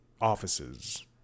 offices